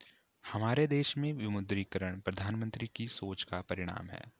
हमारे देश में विमुद्रीकरण प्रधानमन्त्री की सोच का परिणाम है